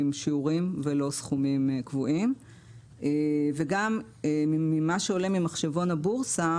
שיעורים ולא סכומים קבועים וגם ממה שעולה ממחשבון הבורסה,